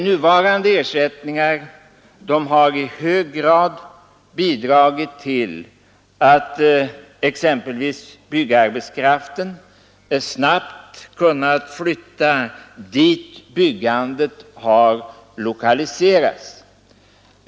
Nuvarande ersättningar har i hög grad bidragit till att exempelvis byggarbetskraften snabbt kunnat flytta dit byggandet har lokaliserats.